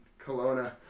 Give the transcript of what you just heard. Kelowna